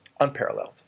Unparalleled